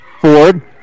Ford